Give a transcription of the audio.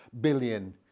billion